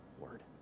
word